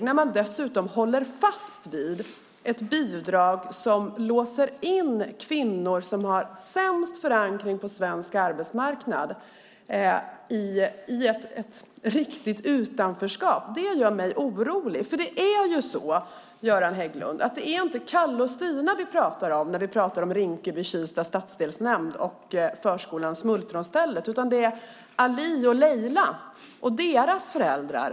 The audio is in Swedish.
När man dessutom håller fast vid ett bidrag som låser fast kvinnor som har sämst förankring på svensk arbetsmarknad i ett riktigt utanförskap gör det mig orolig, för det är så, Göran Hägglund, att det är inte Kalle och Stina vi pratar om när vi pratar om Rinkeby-Kista stadsdelsnämnd och förskolan Smultronstället, utan det är Ali och Leila och deras föräldrar.